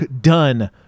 done